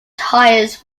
tires